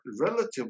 relatively